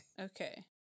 Okay